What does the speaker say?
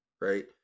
right